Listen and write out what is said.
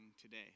today